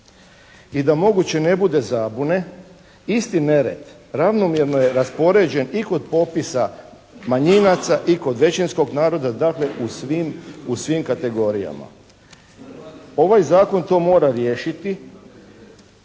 I da moguće ne bude zabune, isti nered ravnomjerno je raspoređen i kod popisa manjinaca i kod većinskog naroda, dakle, u svim kategorijama. Ovaj Zakon to mora riješiti